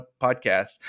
podcast